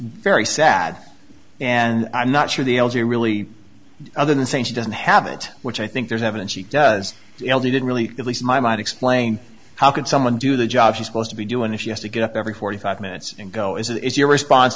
very sad and i'm not sure the l g really other than saying she doesn't have it which i think there's evidence she does he did really at least my mind explain how could someone do the job she supposed to be doing if you had to get up every forty five minutes and go as is your response